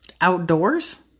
Outdoors